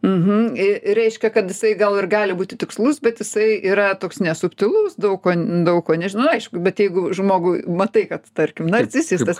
mhm i reiškia kad jisai gal ir gali būti tikslus bet jisai yra toks nesubtilus daug ko daug ko nežinau aišku bet jeigu žmogų matai kad tarkim narcisistas